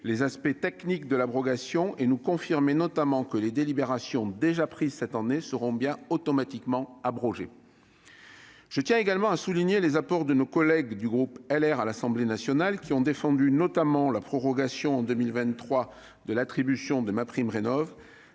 les aspects techniques de l'abrogation et nous confirmer notamment que les délibérations déjà prises cette année seront bien automatiquement abrogées. Je tiens également à souligner les apports de nos collègues du groupe LR à l'Assemblée nationale, qui ont défendu notamment la prorogation en 2023 de l'attribution de MaPrimeRénov'sans